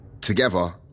together